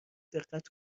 دقت